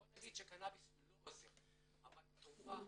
בוא נגיד שקנאביס לא עוזר אבל התרופה